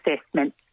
assessment